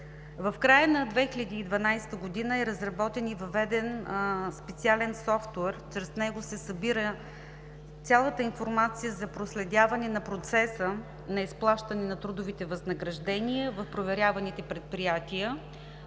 В края на 2012 г. е разработен и въведен специален софтуер. Чрез него се събира цялата информация за проследяване на процеса на изплащане на трудовите възнаграждения в проверяваните предприятия.